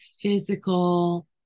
physical